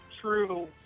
true